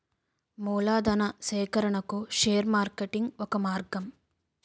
మూలధనా సేకరణకు share marketing ఒక మార్గం